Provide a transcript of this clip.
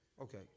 okay